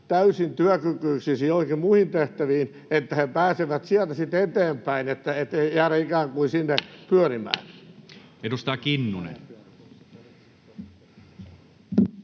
täysin työkykyisiksi joihinkin muihin tehtäviin, he pääsevät sieltä sitten eteenpäin, että ei ikään kuin jäädä sinne pyörimään. [Speech